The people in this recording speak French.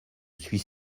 suis